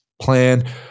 plan